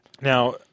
Now